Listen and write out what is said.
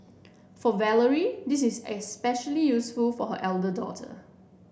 for Valerie this is especially useful for her elder daughter